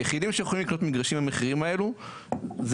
היחידים שיכולים לקנות מגרשים במחירים האלה זה